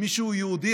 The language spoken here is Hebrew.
שמישהו יהודי,